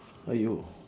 !aiyo!